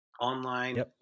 Online